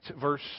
verse